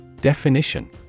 Definition